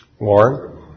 Warren